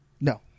No